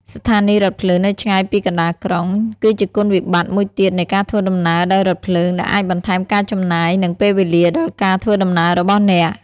ស្ថានីយ៍រថភ្លើងនៅឆ្ងាយពីកណ្តាលក្រុង គឺជាគុណវិបត្តិមួយទៀតនៃការធ្វើដំណើរដោយរថភ្លើង ដែលអាចបន្ថែមការចំណាយ និងពេលវេលាដល់ការធ្វើដំណើររបស់អ្នក។